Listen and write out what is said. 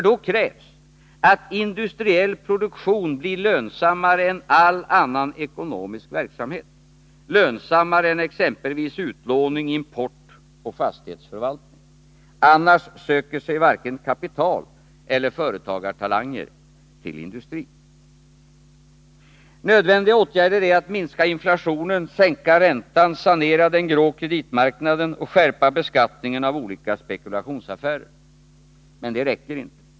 Då krävs att industriell produktion blir lönsammare än all annan ekonomisk verksamhet — lönsammare än exempelvis utlåning, import och fastighetsförvaltning. Annars söker sig varken kapital eller företagartalanger till industrin. Nödvändiga åtgärder är att minska inflationen, sänka räntan, sanera den grå kreditmarknaden och skärpa beskattningen av olika spekulationsaffärer. Men det räcker inte.